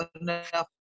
enough